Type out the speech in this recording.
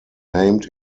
named